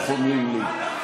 כך אומרים לי.